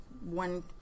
one